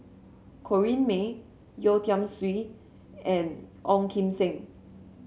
Corrinne May Yeo Tiam Siew and Ong Kim Seng